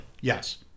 Yes